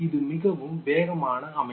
இது மிக வேகமான அமைப்பு